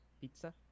pizza